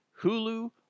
Hulu